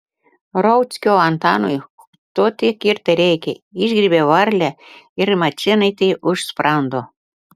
rauckio antanui to tik ir tereikia išgriebia varlę ir mačėnaitei už sprando